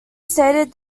stated